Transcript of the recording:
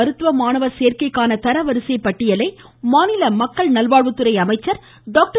மருத்துவ மாணவர் சேர்க்கைக்கான தரவரிசைப் பட்டியலை மாநில மக்கள் நல்வாழ்வுத்துறை அமைச்சர் டாக்டர்